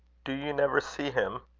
do you never see him?